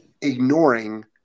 ignoring